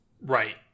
Right